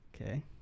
Okay